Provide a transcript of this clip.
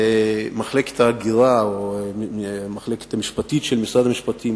מחלקת ההגירה או המחלקה המשפטית של משרד המשפטים